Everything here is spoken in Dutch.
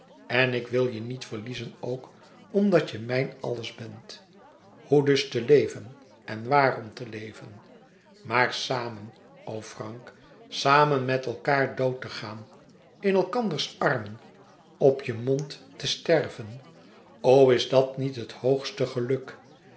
en ik wil je niet verliezen ook omdat je mijn alles bent hoe dus te leven en waarom te leven maar samen o frank samen met elkaâr dood te gaan in elkanders armen op je mond te sterven o is dat niet het hoogste geluk